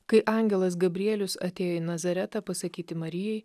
kai angelas gabrielius atėjo į nazaretą pasakyti marijai